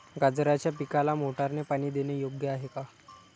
गाजराच्या पिकाला मोटारने पाणी देणे योग्य आहे का?